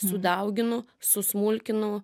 sudauginu susmulkinu